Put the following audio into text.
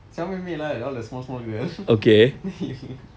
xiao mei mei lah all the small small girl then he